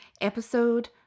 episode